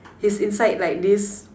he's inside like this